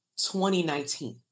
2019